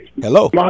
Hello